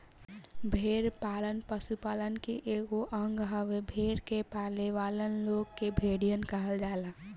भेड़ पालन पशुपालन के एगो अंग हवे, भेड़ के पालेवाला लोग के भेड़िहार कहल जाला